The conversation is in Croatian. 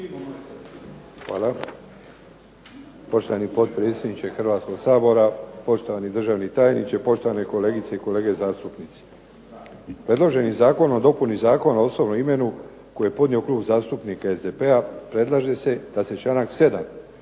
Hvala. Poštovani potpredsjedniče Hrvatskog sabora, poštovani državni tajniče, poštovane kolegice i kolege zastupnici. Predloženi zakon o dopuni Zakona o osobnom imenu koji je podnio Klub zastupnika SDP-a predlaže se da se članak 7.